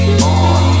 on